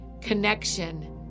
connection